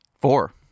Four